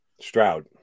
Stroud